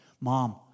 Mom